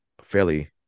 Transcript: fairly